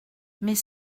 mes